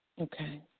Okay